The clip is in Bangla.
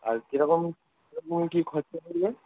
আর কীরকম কীরকম কী খরচা পড়বে